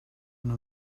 una